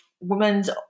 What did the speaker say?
women's